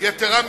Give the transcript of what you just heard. יתירה מזאת,